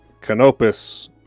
Canopus